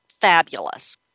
fabulous